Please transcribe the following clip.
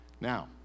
Now